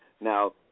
Now